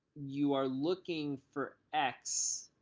you are looking for x,